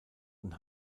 und